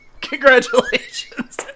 Congratulations